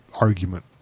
Argument